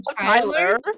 Tyler